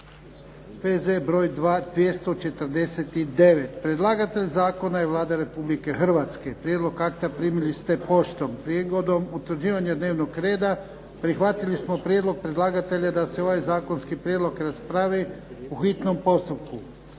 P.Z. br. 249 Predlagatelj zakona je Vlada Republike Hrvatske. Prijedlog akta primili ste poštom. Prigodom utvrđivanja dnevnog reda prihvatili smo prijedlog predlagatelja da se ovaj zakonski prijedlog raspravi u hitnom postupku.